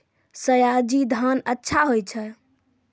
सयाजी धान अच्छा होय छै?